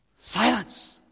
Silence